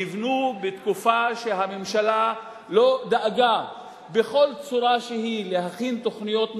נבנו בתקופה שהממשלה לא דאגה בכל צורה שהיא להכין תוכניות מיתאר,